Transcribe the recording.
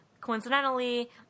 Coincidentally